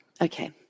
Okay